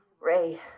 Ray